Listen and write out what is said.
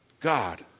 God